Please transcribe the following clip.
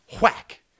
Whack